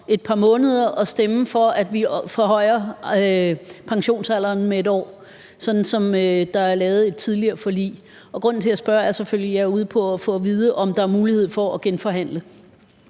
et par måneder at stemme for, at vi forhøjer pensionsalderen med 1 år, sådan som der tidligere er lavet et forlig om. Grunden til, at jeg spørger, er selvfølgelig, at jeg er ude på at få vide, om der er mulighed for at genforhandle.